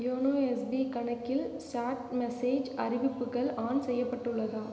YONO SBI கணக்கில் chat message அறிவிப்புகள் on செய்யப்பட்டுள்ளதா